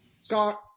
Scott